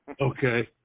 Okay